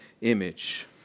image